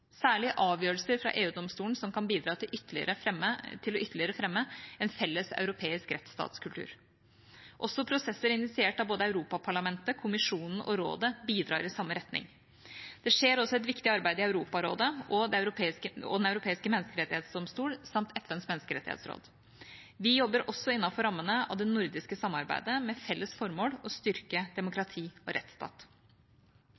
Særlig avgjørelser fra EU-domstolen kan bidra til ytterligere å fremme en felles europeisk rettsstatskultur. Også prosesser initiert av både Europaparlamentet, Kommisjonen og Rådet bidrar i samme retning. Det skjer også et viktig arbeid i Europarådet og Den europeiske menneskerettsdomstol, samt FNs menneskerettighetsråd. Vi jobber også innenfor rammen av det nordiske samarbeidet med et felles formål om å styrke